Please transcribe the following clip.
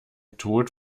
tod